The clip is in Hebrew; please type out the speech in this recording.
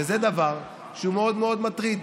וזה דבר שהוא מאוד מאוד מטריד,